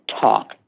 talk